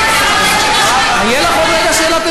לא, אבל, אדוני, סליחה.